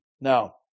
Now